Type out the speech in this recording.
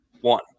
One